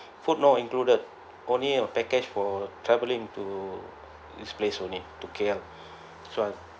food no included only a package for travelling to to this place only to K_L so I've